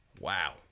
Wow